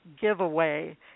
giveaway